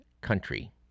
country